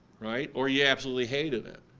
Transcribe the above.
right, or you absolutely hated it.